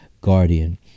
guardian